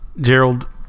Gerald